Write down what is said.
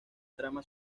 trama